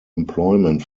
employment